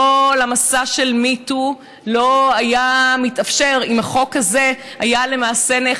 כל המסע של Me Too לא היה מתאפשר אם החוק הזה היה נאכף למעשה,